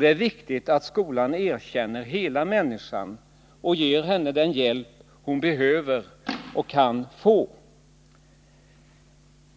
Det är viktigt att skolan erkänner hela människan och ger henne den hjälp hon behöver och kan få.